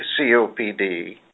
COPD